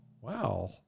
Wow